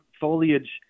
foliage